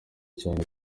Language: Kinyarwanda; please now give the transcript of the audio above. cyane